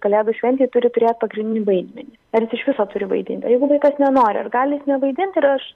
kalėdų šventėj turi turėt pagrindinį vaidmenį ar jis iš viso turi vaidint o jeigu vaikas nenori ar gali jis nevaidint ir aš